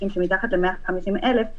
שמתחת ל-150,000,